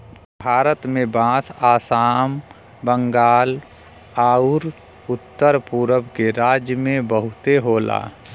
भारत में बांस आसाम, बंगाल आउर उत्तर पुरब के राज्य में बहुते होला